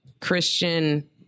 Christian